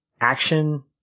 action